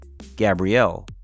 Gabrielle